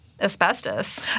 Asbestos